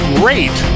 great